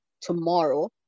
tomorrow